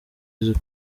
yesu